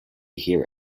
hear